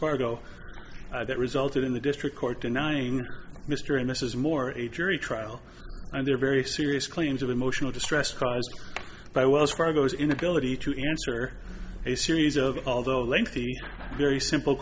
that resulted in the district court denying mr and mrs moore a jury trial and their very serious claims of emotional distress caused by wells fargo's inability to answer a series of although lengthy very simple